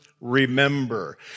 remember